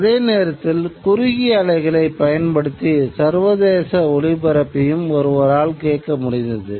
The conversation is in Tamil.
அதே நேரத்தில் குறுகிய அலைகளைப் பயன்படுத்தி சர்வதேச ஒலிப்பரப்பையும் ஒருவரால் கேட்க முடிந்தது